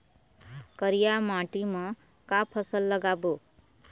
करिया माटी म का फसल लगाबो?